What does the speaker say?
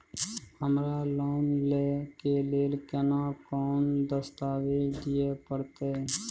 हमरा लोन लय के लेल केना कोन दस्तावेज दिए परतै?